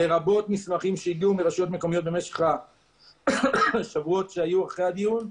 לרבות מסמכים שהגיעו מרשויות מקומיות במשך השבועות שהיו אחרי הדיון,